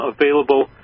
available